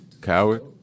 Coward